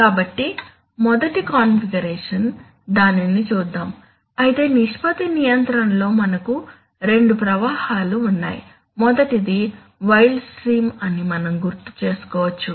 కాబట్టి మొదటిది కాన్ఫిగరేషన్ దానిని చూద్దాం అయితే నిష్పత్తి నియంత్రణలో మనకు రెండు ప్రవాహాలు ఉన్నాయి మొదటిది వైల్డ్ స్ట్రీమ్ అని మనం గుర్తు చేసుకోవచ్చు